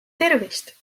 tervist